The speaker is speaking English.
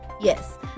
Yes